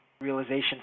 realization